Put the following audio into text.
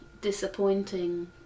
disappointing